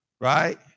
Right